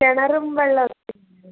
കിണറും വെള്ളമൊക്കെയില്ലേ